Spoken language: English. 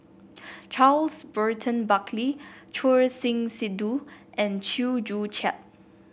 Charles Burton Buckley Choor Singh Sidhu and Chew Joo Chiat